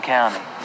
County